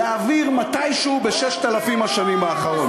להעביר מתישהו בששת-אלפים השנים האחרונות.